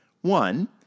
One